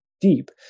deep